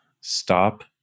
Stop